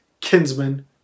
kinsman